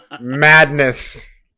madness